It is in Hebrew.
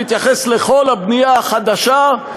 נתייחס לכל הבנייה החדשה,